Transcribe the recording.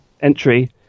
entry